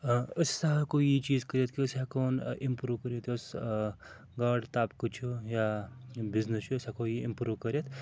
أسۍ ہَسا ہیٚکو یہِ چیٖز کٔرِتھ کہِ أسۍ ہیٚکہون اِمپروٗ کٔرِتھ یُس گاڈٕ طَبقہٕ چھُ یا بِزنٮِس چھُ أسۍ ہیٛکو یہِ اِمپروٗ کٔرِتھ